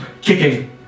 kicking